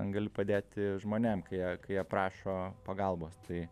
gali padėti žmonėm kai jie prašo pagalbos tai